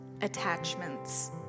attachments